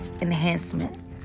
enhancements